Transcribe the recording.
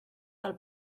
del